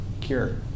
cure